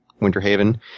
Winterhaven